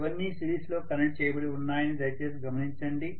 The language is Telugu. ఇవన్నీ సిరీస్లో కనెక్ట్ చేయబడి ఉన్నాయని దయచేసి గమనించండి